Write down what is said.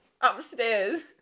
Upstairs